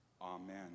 Amen